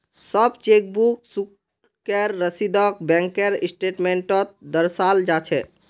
सब चेकबुक शुल्केर रसीदक बैंकेर स्टेटमेन्टत दर्शाल जा छेक